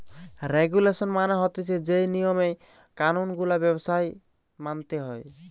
regulation মানে হতিছে যেই নিয়ম কানুন গুলা ব্যবসায় মানতে হয়